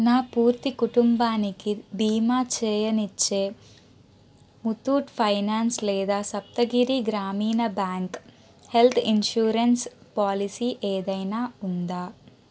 నా పూర్తి కుటుంబానికి బీమా చేయనిచ్చే ముతూట్ ఫైనాన్స్ లేదా సప్తగిరి గ్రామీణ బ్యాంక్ హెల్త్ ఇన్షూరెన్స్ పాలిసీ ఏదైనా ఉందా